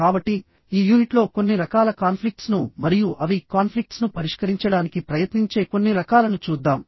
కాబట్టి ఈ యూనిట్లో కొన్ని రకాల కాన్ఫ్లిక్ట్స్ ను మరియు అవి కాన్ఫ్లిక్ట్స్ ను పరిష్కరించడానికి ప్రయత్నించే కొన్ని రకాలను చూద్దాం